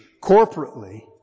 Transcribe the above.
corporately